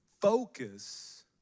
focus